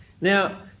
Now